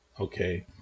Okay